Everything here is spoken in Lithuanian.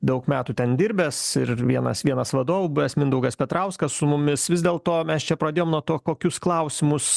daug metų ten dirbęs ir ir vienas vienas vadovų buvęs mindaugas petrauskas su mumis vis dėl to mes čia pradėjom nuo to kokius klausimus